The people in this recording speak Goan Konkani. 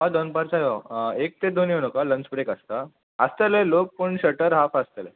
हय दोनपारचे यो एक ते दोन येव नाका लंच ब्रेक आसता आसतले लोक पूण शटर हाफ आसतलें